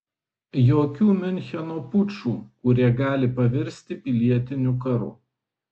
jokių miuncheno pučų kurie gali pavirsti pilietiniu karu